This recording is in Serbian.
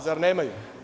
Zar nemaju?